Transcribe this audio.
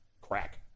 Crack